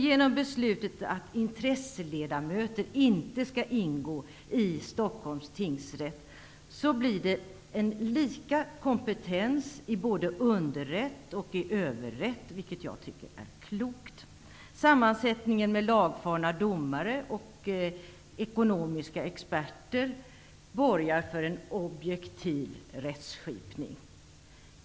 Genom beslutet att intresseledamöter inte skall ingå i Stockholms tingsrätt blir det lika kompetens i både underrätt och överrätt, vilket jag tycker är klokt. Sammansättningen med lagfarna domare och ekonomiska experter borgar för en objektiv rättsskipning.